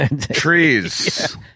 trees